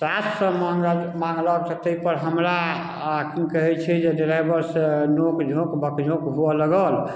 सात सए माँगलक तऽ ताहि पर हमरा आ कि कहै छै जे ड्राइबर सँ नोकझोक बकझक हुअ लागल